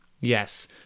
Yes